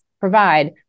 provide